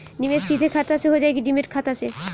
निवेश सीधे खाता से होजाई कि डिमेट खाता से?